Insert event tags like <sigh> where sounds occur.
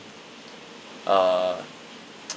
uh <noise>